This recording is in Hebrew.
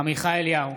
עמיחי אליהו,